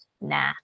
Nah